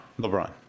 LeBron